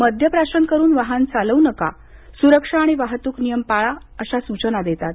मद्यप्राशन करून वाहन चालवू नका सुरक्षा आणि वाहतूक नियम पाळा अशा सूचना देतात